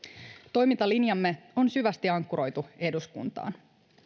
toimintalinjamme on syvästi ankkuroitu eduskuntaan